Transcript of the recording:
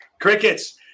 Crickets